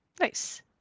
Nice